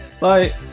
Bye